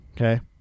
Okay